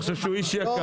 אני חושב שהוא איש יקר,